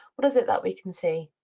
what is it that we can see?